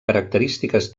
característiques